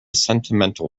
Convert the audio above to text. sentimental